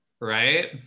right